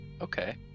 Okay